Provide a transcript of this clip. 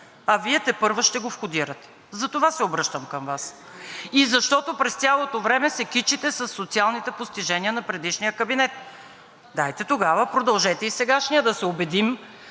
а Вие тепърва ще го входирате. Затова се обръщам към Вас. И защото през цялото време се кичите със социалните постижения на предишния кабинет. Дайте тогава, продължете и в сегашния парламент